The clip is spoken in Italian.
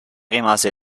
rimase